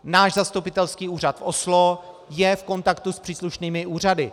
Náš zastupitelský úřad v Oslo je v kontaktu s příslušnými úřady.